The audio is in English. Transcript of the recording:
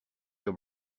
your